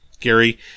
Gary